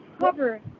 cover